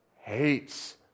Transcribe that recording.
hates